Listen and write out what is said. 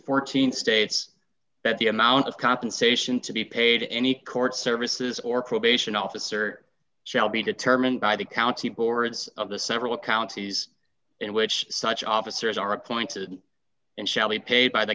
fourteen states that the amount of compensation to be paid any court services or probation officer shall be determined by the county boards of the several counties in which such officers are appointed and shall be paid by the